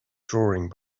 drawing